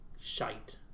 shite